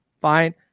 fine